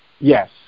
Yes